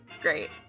Great